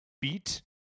Beat